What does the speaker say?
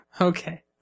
okay